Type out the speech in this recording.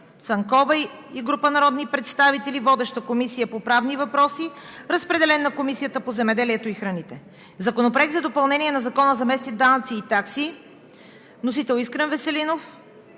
Цанкова и група народни представители. Водеща е Комисията по правни въпроси. Разпределен е на Комисията по земеделието и храните. Законопроект за допълнение на Закона за местните данъци и такси. Вносител е Искрен Веселинов.